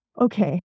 okay